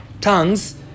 tongues